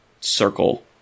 circle